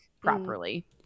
properly